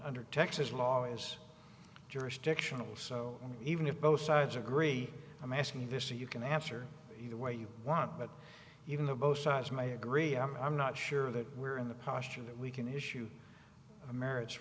under texas law as jurisdictional so even if both sides agree i'm asking you this and you can answer either way you want but even though both sides may agree i'm not sure that we're in the caution that we can issue a marriage